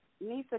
Nisa